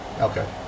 Okay